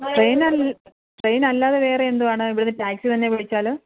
ട്രെയിനൽ ട്രെയ്നല്ലാതെ വേറെ എന്തുവാണ് ഇവിടുന്ന് ടാക്സി തന്നെ വിളിച്ചാൽ